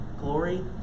glory